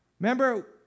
Remember